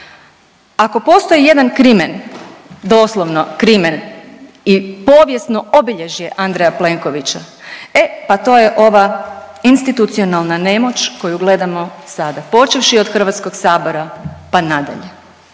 Ako postoji jedan krimen, doslovno krimen i povijesno obilježje Andreja Plenkovića, e pa to je ova institucionalna nemoć koju gledamo sada, počevši od HS-a pa nadalje.